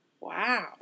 Wow